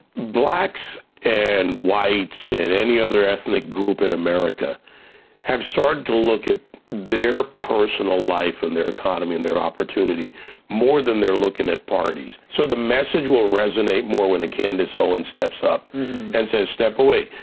blacks and whites and any other ethnic group in america have started to look at their personal life and their economy and their opportunity more than they're looking at parties. so the message will resonate more when a candace owens steps up and says, step away.